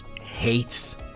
hates